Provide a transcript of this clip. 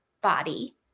Body